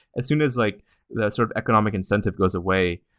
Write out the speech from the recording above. as soon as like that sort of economic inventive goes away,